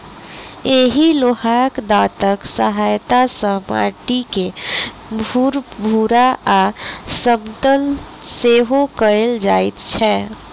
एहि लोहाक दाँतक सहायता सॅ माटि के भूरभूरा आ समतल सेहो कयल जाइत छै